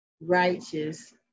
righteous